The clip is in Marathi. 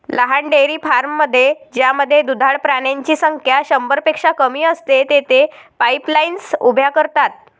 लहान डेअरी फार्ममध्ये ज्यामध्ये दुधाळ प्राण्यांची संख्या शंभरपेक्षा कमी असते, तेथे पाईपलाईन्स उभ्या करतात